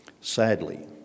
Sadly